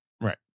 Right